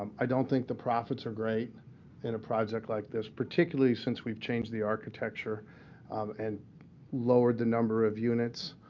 um i don't think the profits are great in a project like this, particularly since we've changed the architecture and lowered the number of units.